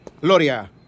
Gloria